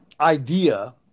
idea